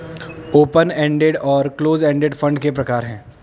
open ended और close ended fund के प्रकार हैं